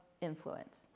influence